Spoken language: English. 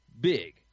big